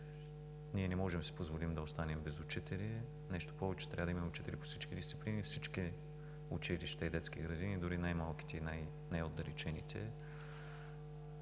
Ние не можем да си позволим да останем без учители. Нещо повече, трябва да имаме учители по всички дисциплини, във всички училища и детски градини, дори и в най-малките и най-отдалечените.